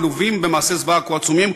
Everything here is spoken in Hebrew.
מלווים במעשי זוועה כה עצומים,